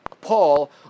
Paul